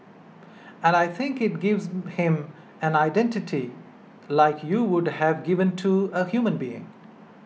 and I think it gives him an identity like you would have given to a human being